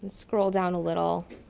scroll down a little,